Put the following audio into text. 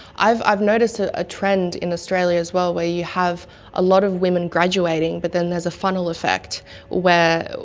i've i've noticed ah a trend in australia as well where you have a lot of women graduating, but then there's a funnel effect where,